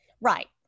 Right